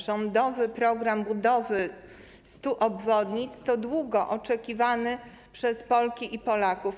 Rządowy „Program budowy 100 obwodnic” to program długo oczekiwany przez Polki i Polaków.